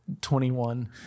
21